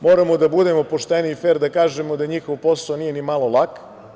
Moramo da budemo pošteni i fer da kažemo da njihov posao nije nimalo lak.